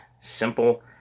Simple